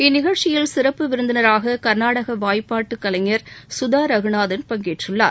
இந்நிகழ்ச்சியில் சிறப்பு விருந்தினராக கர்நாடக வாய்ப்பாட்டு கலைஞர் சுதா ரகுநாதன் பங்கேற்றுள்ளார்